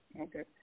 Okay